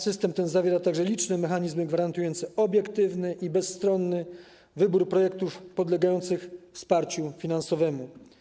System ten zawiera także liczne mechanizmy gwarantujące obiektywny i bezstronny wybór projektów podlegających wsparciu finansowemu.